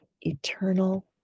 eternal